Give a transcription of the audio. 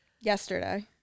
Yesterday